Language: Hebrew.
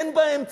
אין באמצע.